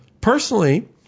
Personally